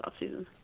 offseason